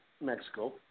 Mexico